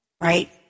Right